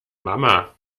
mama